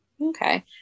Okay